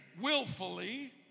willfully